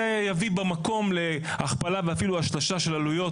יביא להכפלה ולשילוש העלויות.